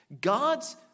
God's